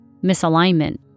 misalignment